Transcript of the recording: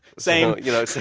same you know, so